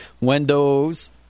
Windows